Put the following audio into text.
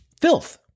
filth